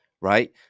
right